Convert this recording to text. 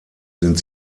sind